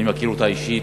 אני מכיר אותה אישית,